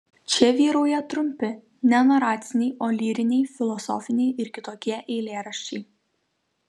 čia vyrauja trumpi ne naraciniai o lyriniai filosofiniai ir kitokie eilėraščiai